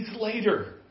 later